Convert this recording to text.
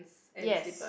yes